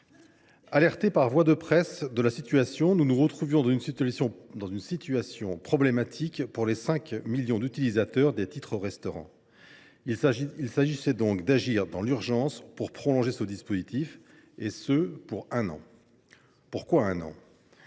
Alertés par voie de presse de la situation, nous avons immédiatement pris la mesure du problème pour les 5 millions d’utilisateurs des titres restaurant. Il s’agissait donc d’agir dans l’urgence pour prolonger ce dispositif, et ce pour un an. Pourquoi un an ?